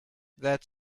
that